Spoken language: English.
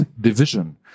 division